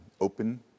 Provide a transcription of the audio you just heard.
open